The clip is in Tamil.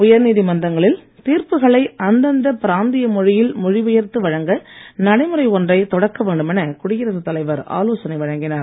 உயர் நீதிமன்றங்களில் தீர்ப்புகளை அந்தந்த பிராந்திய மொழியில் மொழி பெயர்த்து வழங்க நடைமுறை ஒன்றை தொடக்க வேண்டும் என குடியரசுத் தலைவர் ஆலோசனை வழங்கினார்